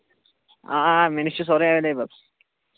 آ آ مےٚ نِش چھِ سورُے ایولیبٕل